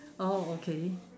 oh okay